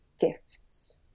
gifts